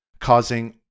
causing